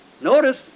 Notice